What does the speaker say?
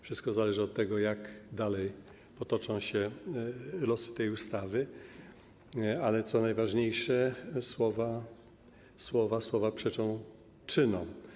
Wszystko zależy od tego, jak dalej potoczą się losy tej ustawy, ale co najważniejsze - słowa przeczą czynom.